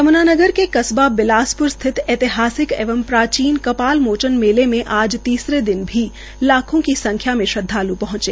यम्नानगर के कस्बा बिलासप्र स्थित ऐहितहासिक एवं प्राचीन कपाल मोचन मेले मे आज तीसरे दिन भी लाखों की संख्या में श्रद्वाल् पहंचे